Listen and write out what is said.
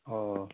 অঁ